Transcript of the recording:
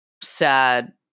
sad